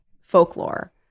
folklore